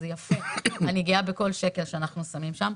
זה יפה, אני גאה בכל שקל שאנחנו שמים שם.